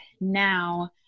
now